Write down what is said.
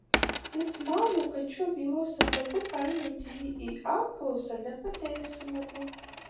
jis mano kad šiuo bylos etapu painioti jį į apklausą nepateisinama